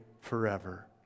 forever